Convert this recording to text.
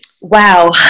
Wow